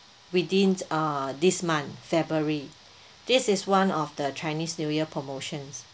within uh this month february this is one of the chinese new year promotions